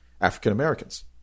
African-Americans